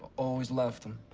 always left. and